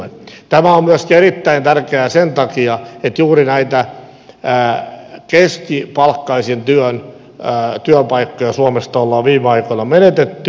tämä on myöskin erittäin tärkeää sen takia että juuri näitä keskipalkkaisen työn työpaikkoja suomesta ollaan viime aikoina menetetty